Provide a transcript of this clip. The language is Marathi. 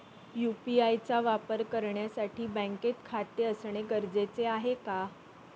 यु.पी.आय चा वापर करण्यासाठी बँकेत खाते असणे गरजेचे आहे का?